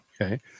okay